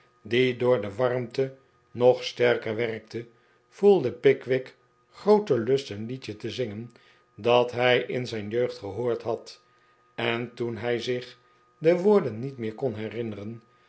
die door de warmte nog sterker werkte voelde pickwick grooten lust een liedje te zingen dat hij in zijn jeugd gehoord had en toen hij zich de woorden niet meer kon herinneren